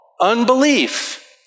Unbelief